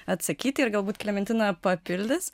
atsakyti ir galbūt klementina papildys